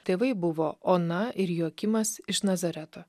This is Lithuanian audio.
tėvai buvo ona ir joakimas iš nazareto